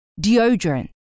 deodorant